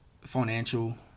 financial